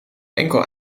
enkel